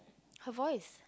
her voice